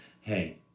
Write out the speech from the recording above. hey